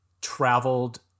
traveled